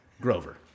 Grover